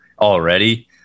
already